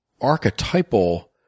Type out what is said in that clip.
archetypal